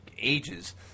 ages